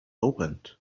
opened